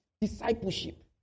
Discipleship